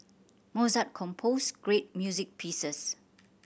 Mozart composed great music pieces